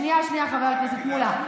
שנייה, חבר הכנסת מולא.